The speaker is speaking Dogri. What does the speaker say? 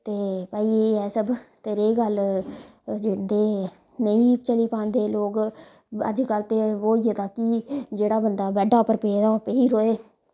ते भाई एह् ऐ सब ते रेही गल्ल जि'न्दे नेंई चली पांदे लोग अजकल ते होई गेदा कि जेह्ड़ा बंदा बैड्डै पर पेदा होऐ पेई रवै